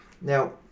now